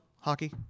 hockey